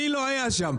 מי לא היה שם?